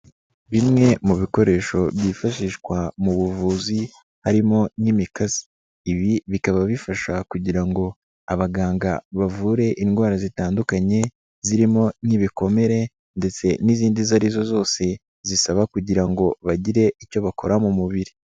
Bimwe mu bikoresho byifashishwa mu buvuzi harimo n'imikasi, ibi bikaba bifasha kugira ngo abaganga bavure indwara zitandukanye zirimo n'ibikomere ndetse n'izi izo ari zo zose zisaba kugira ngo bagire icyo bakora mu mubiri.